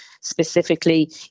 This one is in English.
specifically